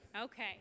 Okay